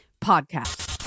Podcast